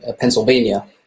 Pennsylvania